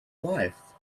wife